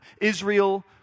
Israel